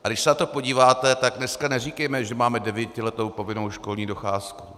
A když se na to podíváte, tak dneska neříkejme, že máme devítiletou povinnou školní docházku.